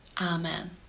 Amen